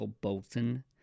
Bolton